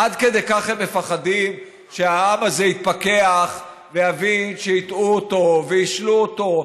עד כדי כך הם מפחדים שהעם הזה יתפכח ויבין שהטעו אותו והשלו אותו.